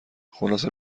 خلاصه